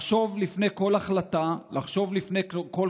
לחשוב לפני כל החלטה, לחשוב לפני כל קנייה,